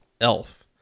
Elf